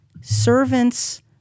Servants